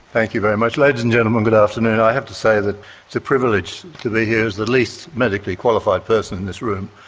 thank you very much. ladies and gentlemen, good afternoon, i have to say that it's a privilege to be here as the least medically qualified person in this room,